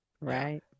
right